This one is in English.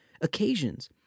occasions